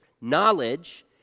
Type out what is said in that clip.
Knowledge